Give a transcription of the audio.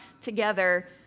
together